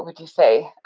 would you say?